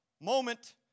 moment